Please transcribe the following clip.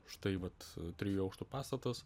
štai vat trijų aukštų pastatas